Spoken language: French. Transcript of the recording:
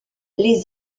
les